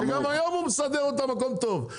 גם היום הם מסדרים אותם טוב,